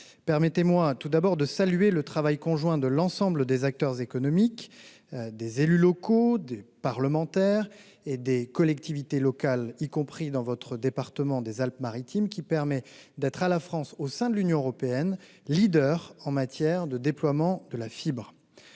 Permettez-moi, tout d'abord, de saluer le travail conjoint de l'ensemble des acteurs économiques, des élus locaux, des parlementaires et des collectivités locales, y compris dans votre département des Alpes-Maritimes, qui permet à la France, au sein de l'Union européenne, de figurer en première place s'agissant du déploiement de la fibre.